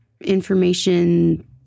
information